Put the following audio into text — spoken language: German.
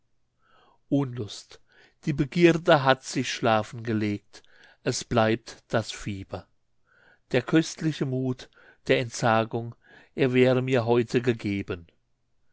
unlust die begierde hat sich schlafen gelegt es bleibt das fieber der köstliche mut der entsagung er wäre mir heute gegeben